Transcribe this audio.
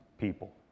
people